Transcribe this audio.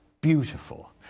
beautiful